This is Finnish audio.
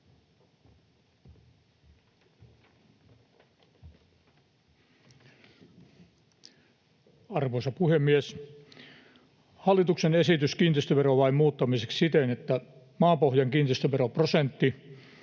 Arvoisa puhemies! Hallitus esittää kiinteistöverolain muuttamista siten, että maapohjan kiinteistöveroprosentti